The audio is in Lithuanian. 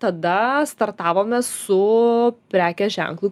tada startavome su prekės ženklu